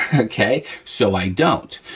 okay, so i don't.